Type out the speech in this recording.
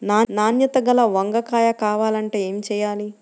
నాణ్యత గల వంగ కాయ కావాలంటే ఏమి చెయ్యాలి?